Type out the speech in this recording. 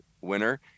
winner